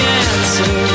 answer